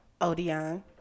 Odion